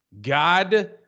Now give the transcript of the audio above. God